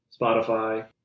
Spotify